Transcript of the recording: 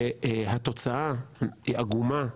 והתוצאה היא עגומה,